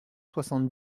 soixante